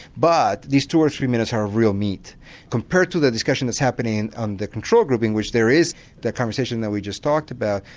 but these two or three minutes are real meat compared to the discussion that's happening on the control group in which there is that conversation that we just talked about,